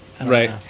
Right